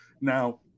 Now